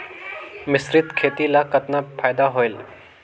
मिश्रीत खेती ल कतना फायदा होयल?